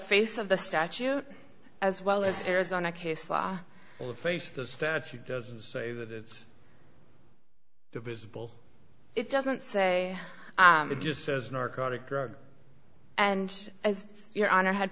face of the statute as well as arizona case law or face the statute doesn't say that it's divisible it doesn't say it just says narcotic drug and as your honor had